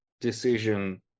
decision